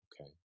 okay